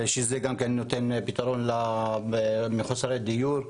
שזה גם כן נותן פתרון למחוסרי דיור.